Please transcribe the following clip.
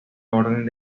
orden